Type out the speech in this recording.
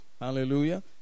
Hallelujah